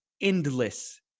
endless